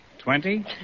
Twenty